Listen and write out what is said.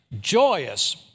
joyous